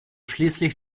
schließlich